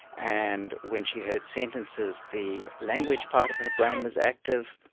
and when she heard sentences the language part of her brain was active.